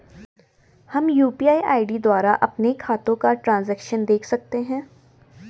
हम यु.पी.आई द्वारा अपने खातों का ट्रैन्ज़ैक्शन देख सकते हैं?